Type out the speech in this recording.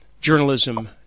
journalism